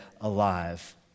alive